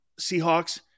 Seahawks